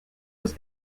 was